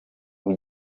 com